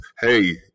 Hey